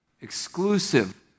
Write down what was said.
exclusive